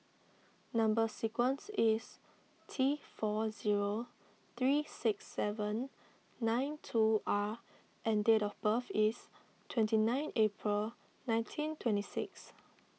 Number Sequence is T four zero three six seven nine two R and date of birth is twenty nine April nineteen twenty six